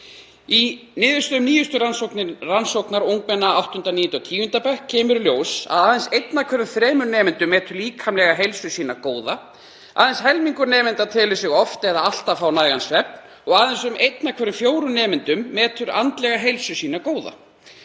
Í niðurstöðum nýjustu rannsóknar á meðal ungmenna í 8., 9. og 10. bekk kemur í ljós að aðeins einn af hverjum þremur nemendum metur líkamlega heilsu sína góða. Aðeins helmingur nemenda telur sig oft eða alltaf fá nægan svefn og aðeins um einn af hverjum fjórum nemendum metur andlega heilsu sína góða.